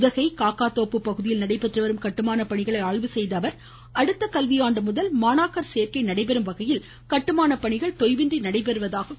உதகை காகாதோப்பு பகுதியில் நடைபெற்றுவரும் கட்டுமான பணிகளை ஆய்வுசெய்த அவர் அடுத்த கல்விஆண்டுமுதல் மாணவர் சேர்க்கை நடைபெறும் வகையில் கட்டுமான பணிகள் தொய்வின்றி நடைபெற்றுவருவதாக தெரிவித்தார்